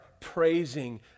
praising